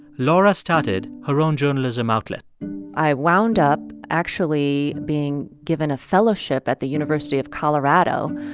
laura started her own journalism outlet i wound up actually being given a fellowship at the university of colorado